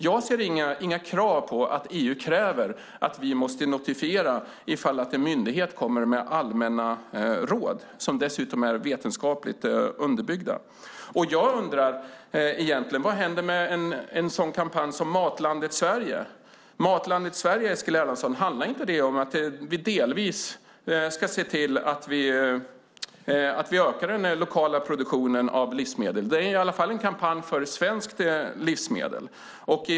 Jag ser inga krav från EU på notifiering ifall en myndighet kommer med allmänna råd - råd som dessutom är vetenskapligt underbyggda. Vad händer med en sådan kampanj som Matlandet Sverige? Handlar inte, Eskil Erlandsson, Matlandet Sverige om att vi delvis ska se till att den lokala produktionen av livsmedel ökar? Det är ju en kampanj för svenska livsmedel.